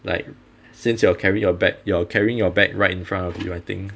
like since you will carry your bag you're carrying your bag right in front of you I think